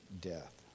death